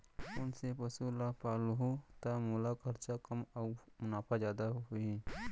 कोन से पसु ला पालहूँ त मोला खरचा कम अऊ मुनाफा जादा होही?